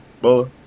Bola